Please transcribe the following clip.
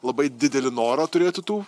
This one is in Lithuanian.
labai didelį norą turėti tų